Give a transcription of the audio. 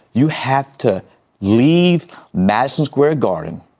you have to leave madison square garden